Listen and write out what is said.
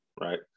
right